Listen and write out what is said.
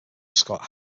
scott